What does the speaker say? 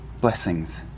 blessings